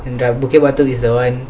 and bukit batok is the one